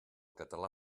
català